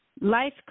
life